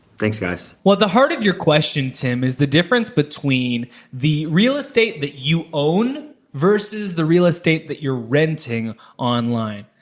thanks guys. well, at the heart of your question, tim, is the difference between the real estate that you own versus the real estate that you're renting online.